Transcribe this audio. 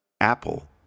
Apple